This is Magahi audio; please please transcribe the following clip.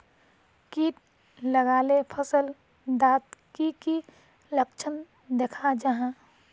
किट लगाले फसल डात की की लक्षण दखा जहा?